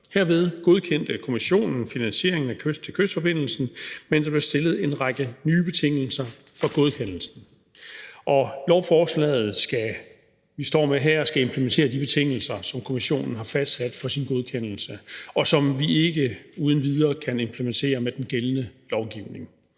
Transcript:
Herved godkendte Kommissionen finansieringen af kyst til kyst-forbindelsen, men der blev stillet en række nye betingelser for godkendelsen. Og lovforslaget, vi står med her, skal implementere de betingelser, som Kommissionen har fastsat for sin godkendelse, og som vi ikke uden videre kan implementere med den gældende lovgivning.